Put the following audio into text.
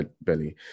belly